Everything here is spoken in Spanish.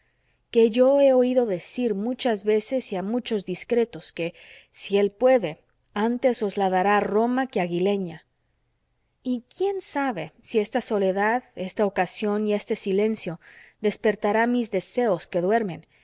que yo he oído decir muchas veces y a muchos discretos que si él puede antes os la dará roma que aguileña y quién sabe si esta soledad esta ocasión y este silencio despertará mis deseos que duermen